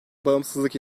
bağımsızlık